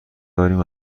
داریم